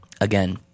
again